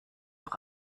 auch